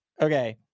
okay